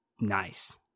nice